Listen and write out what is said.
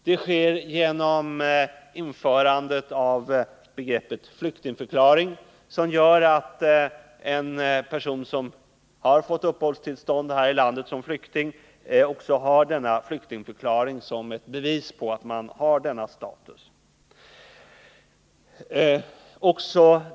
Det sker också genom införandet av begreppet flyktingförklaring, som gör att en person som har fått uppehållstillstånd här i landet som flykting också har denna flyktingförklaring som bevis på att han har denna status.